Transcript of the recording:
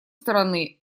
стороны